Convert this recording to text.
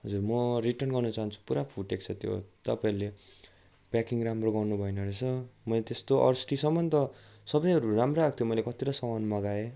हजुर म रिटर्न गर्नु चाहन्छु पुरा फुटेको छ त्यो तपाईँहरूले प्याकिङ राम्रो गर्नु भएन रहेछ मैले त्यस्तो अस्तिसम्म त सबैहरू राम्रो आक्थ्यो मैले कतिवटा सामान मगाएँ